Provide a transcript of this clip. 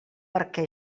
perquè